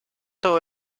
todo